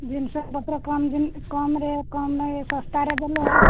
ଜିନିଷ ପତ୍ର କମ କମରେ କମରେ ଶସ୍ତାରେ ଦେଲେ